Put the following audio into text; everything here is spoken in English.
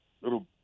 little